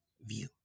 view